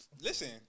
Listen